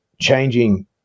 changing